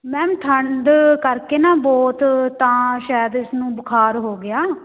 ma'am ਠੰਡ ਕਰਕੇ ਨਾ ਬਹੁਤ ਤਾਂ ਸ਼ਾਇਦ ਇਸ ਨੂੰ ਬੁਖਾਰ ਹੋ ਗਿਆ